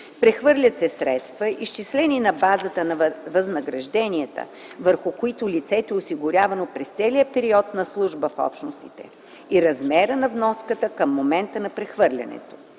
прехвърлят се средства, изчислени на базата на възнагражденията, върху които лицето е осигурявано през целия период на служба в Общностите, и размера на вноската към момента на прехвърлянето;